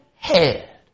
head